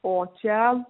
o čia